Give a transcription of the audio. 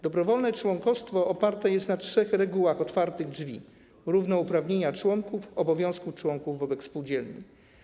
Dobrowolne członkostwo oparte jest na trzech regułach: otwartych drzwi, równouprawnienia członków, obowiązku członków wobec spółdzielni.